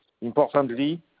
Importantly